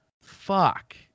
Fuck